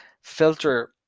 filter